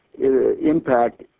impact